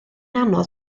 anodd